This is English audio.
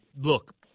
look